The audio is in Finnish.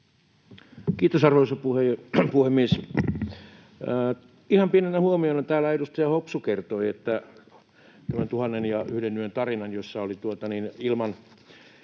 Kiitos, arvoisa puhemies! Ihan pienenä huomiona, kun täällä edustaja Hopsu kertoi noin tuhannen ja yhden yön tarinan, jossa oli ilman